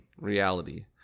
reality